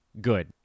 good